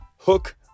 hook